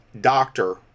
doctor